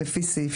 לפי סעיף